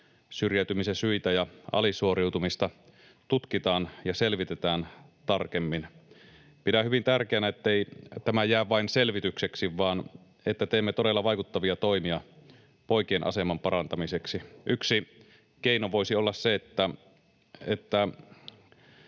syrjäytymisen syitä ja alisuoriutumista tutkitaan ja selvitetään tarkemmin. Pidän hyvin tärkeänä, ettei tämä jää vain selvitykseksi vaan että teemme todella vaikuttavia toimia poikien aseman parantamiseksi. Yksi keino voisi olla se, että